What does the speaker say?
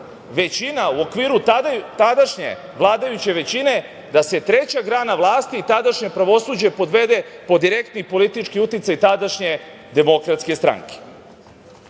većina u okviru tadašnje vladajuće većine da se treća grana vlasti, tadašnje pravosuđe podvede pod direktni politički uticaj tadašnje DS.Danas kada mi